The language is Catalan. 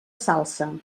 salsa